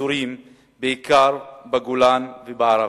בעיקר בגולן ובערבה,